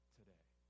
today